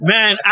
Man